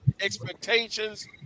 expectations